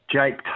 Jake